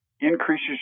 increases